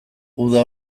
uda